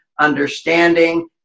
understanding